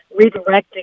redirecting